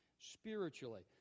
spiritually